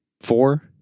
four